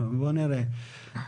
בוא נראה.